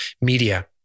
media